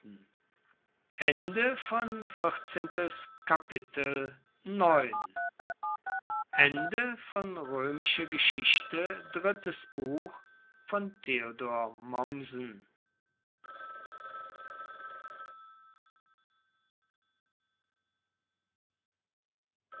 roemische geschichte drittes buch von